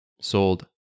sold